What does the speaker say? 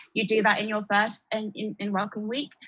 you do that in your first and in in welcome week.